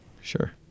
Sure